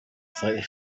slightly